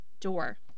door